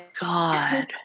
god